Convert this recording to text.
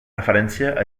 referència